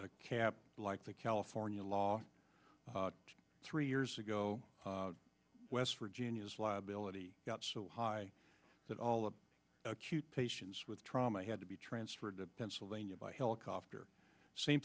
cap like the california law three years ago west virginia's liability got so high that all of acute patients with trauma had to be transferred to pennsylvania by helicopter same